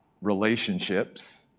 relationships